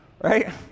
right